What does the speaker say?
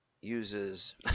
uses